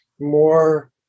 more